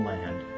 Land